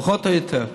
פחות או יותר.